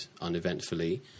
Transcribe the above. uneventfully